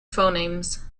phonemes